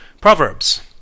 Proverbs